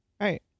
Right